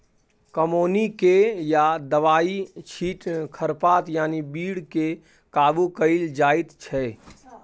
कमौनी कए या दबाइ छीट खरपात यानी बीड केँ काबु कएल जाइत छै